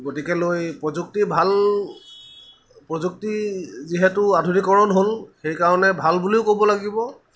গতিকেলৈ প্ৰযুক্তি ভাল প্ৰযুক্তি যিহেতু আধুনিকৰণ হ'ল সেইকাৰণে ভাল বুলিও ক'ব লাগিব